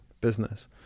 business